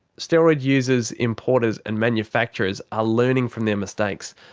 steroid users, importers and manufacturers are learning from their mistakes,